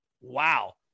wow